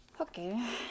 Okay